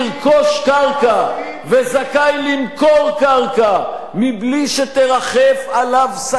וזכאי למכור קרקע מבלי שתרחף עליו סכנה כלשהי,